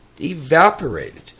evaporated